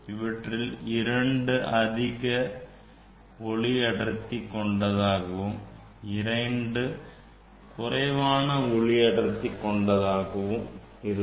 அவற்றில் இரண்டு அதிக ஒளி அடர்த்தி கொண்டதாகவும் 2 குறைவான ஒளி அடர்த்தி கொண்டதாகவும் இருக்கும்